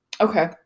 Okay